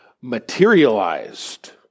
materialized